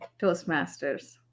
Toastmasters